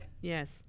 yes